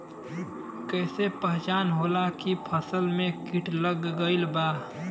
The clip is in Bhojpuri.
कैसे पहचान होला की फसल में कीट लग गईल बा?